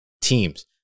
teams